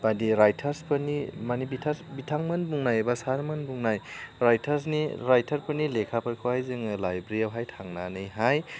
बायदि रायथारसफोरनि माने बिथां बिथांमोन बुंनाय बा सारमोन बुंनाय रायथारसनि रायथारफोरनि लेखाफोरखौहाय जोङो लाइब्रियावहाय थांनानैहाय